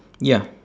ya